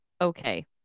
okay